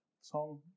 song